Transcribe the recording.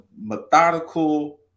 methodical